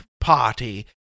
party